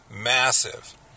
massive